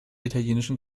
italienischen